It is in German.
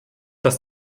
dass